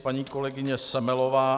Paní kolegyně Semelová.